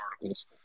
articles